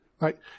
right